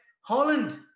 Holland